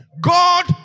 God